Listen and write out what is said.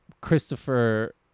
christopher